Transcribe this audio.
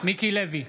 מיקי לוי,